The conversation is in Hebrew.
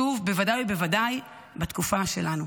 שוב, ובוודאי ובוודאי בתקופה שלנו.